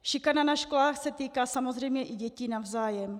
Šikana na školách se týká samozřejmě i dětí navzájem.